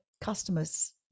customer's